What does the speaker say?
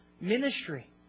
ministry